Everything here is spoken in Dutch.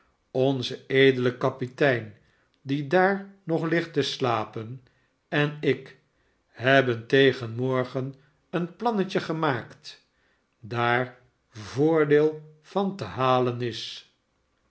sonze edele kapitein die daar nog ligt te slapen en ik hebben tegen morgen een plannetje gemaakt daar voordeel van te halen is